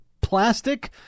plastic